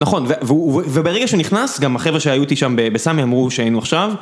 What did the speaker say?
נכון, וברגע שהוא נכנס, גם החבר'ה שהיו איתי שם בסמי אמרו שהיינו עכשיו